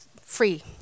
free